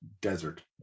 desert